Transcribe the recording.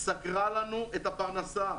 סגרה לנו את הפרנסה,